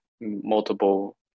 multiple